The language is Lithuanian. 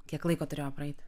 kiek laiko turėjo praeit